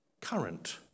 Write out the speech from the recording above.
current